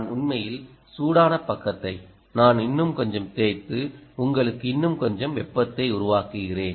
நான் உண்மையில் சூடான பக்கத்தை நான் இன்னும் கொஞ்சம் தேய்த்து உங்களுக்கு இன்னும் கொஞ்சம் வெப்பத்தை உருவாக்குகிறேன்